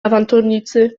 awanturnicy